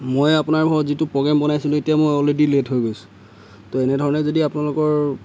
মই আপোনাৰ লগত যিটো প্ৰগ্ৰেম বনাইছিলোঁ এতিয়া মই অলৰেডি লেট হৈ গৈছোঁ এনেধৰণে যদি আপোনালোকৰ